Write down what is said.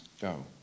go